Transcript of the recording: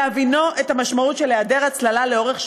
בהבינו את המשמעות של היעדר הצללה לאורך שנים.